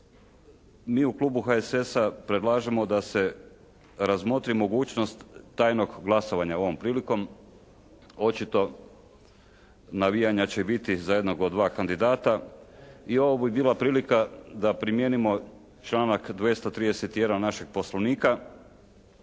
mi u klubu HSS-a predlažemo da se razmotri mogućnost tajnog glasovanja ovom prilikom. Očito navijanja će biti za jednog od dva kandidata i ovo bi bila prilika da primijenimo članak 231. našeg Poslovnika